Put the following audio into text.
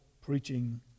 preaching